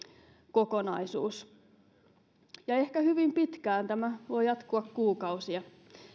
kokonaisuus ja ehkä hyvin pitkään tämä voi jatkua kuukausia